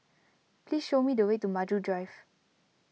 please show me the way to Maju Drive